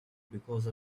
because